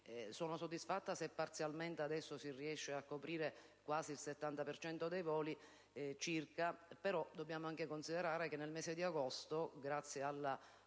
ritengo soddisfatta se parzialmente adesso si riesce a coprire quasi il 70 per cento dei voli; però dobbiamo considerare che nel mese di agosto, grazie al